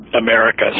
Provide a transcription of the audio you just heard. America